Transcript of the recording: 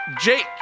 Jake